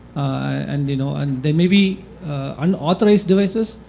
and you know and there may be unauthorized devices.